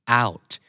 out